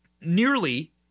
nearly